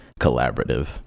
collaborative